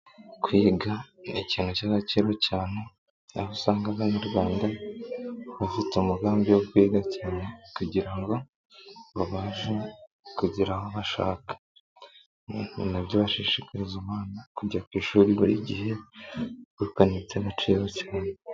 Kwiga ni ikintu cy'agaciro cyane, aho usanga abanyarwanda bafite umugambi wo kwiga cyane, kugira ngo babashe kugera aho bashaka. Ni nabyo bashishikariza umwana kujya ku ishuri buri gihe bakanitse agaciro cyane.